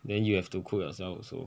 then you have to cook yourself also